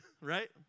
right